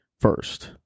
first